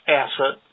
asset